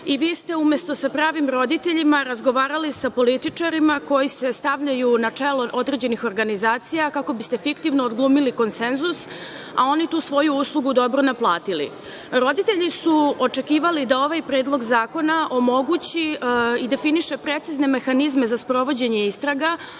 i vi ste, umesto sa pravim roditeljima, razgovarali sa političarima koji se stavljaju na čelo određenih organizacija kako biste fiktivno odglumili konsenzus, a oni tu svoju uslugu dobro naplatili. Roditelji su očekivali da ovaj predlog zakona omogući i definiše precizne mehanizme za sprovođenje istraga,